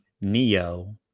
Neo